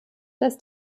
dass